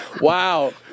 Wow